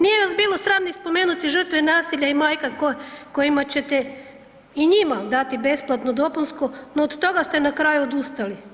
Nije vas bilo sram ni spomenuti žrtve nasilja i majka kojima ćete i njima dati besplatno dopunsko, no od toga ste na kraju odustali.